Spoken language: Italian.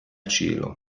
cielo